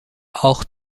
auch